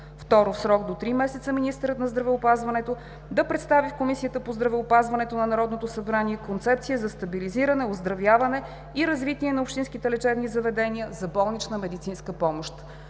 2. В срок до три месеца министърът на здравеопазването да представи в Комисията по здравеопазване на Народното събрание концепция за стабилизиране, оздравяване и развитие на общинските лечебни заведения за болнична медицинска помощ“.